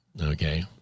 okay